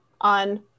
on